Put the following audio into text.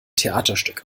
theaterstück